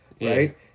Right